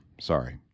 sorry